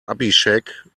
abhishek